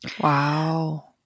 Wow